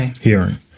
hearing